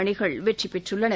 அணிகள் வெற்றி பெற்றுள்ளன